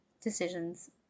decisions